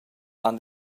han